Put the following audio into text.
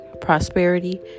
prosperity